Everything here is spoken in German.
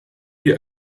wir